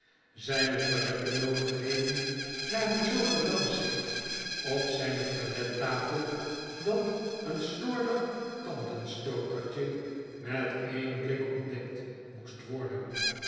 zjne toiletbenoodigdheden lagen zoo gerangschikt op zjjne toilettafel dat een slordigtandenstokertje met een blik ontdekt moest worden